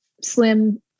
slim